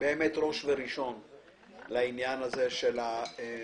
באמת ראש וראשון לעניין הזה של הטיפול,